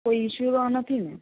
કોઈ ઇસ્યૂ તો નથી ને